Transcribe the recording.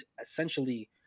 essentially